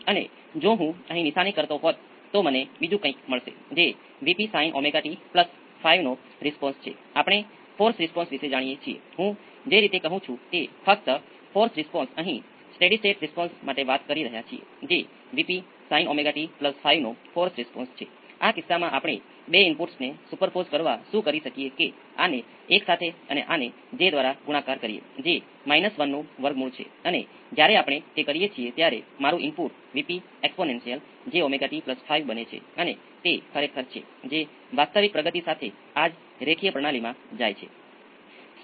આમ જો મારી પાસે અચળ ઇનપુટ હોય તો steady state response V c તે શું છે રિસ્પોન્સનું અંતિમ મૂલ્ય શું છે મારો મતલબ સમયના સ્ટેડિ સ્ટેટ રિસ્પોન્સ છે damping circuit 1 by 10 quality factor 5 તે અંડર ડેમ્પ્ડ છે